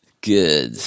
Good